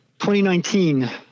2019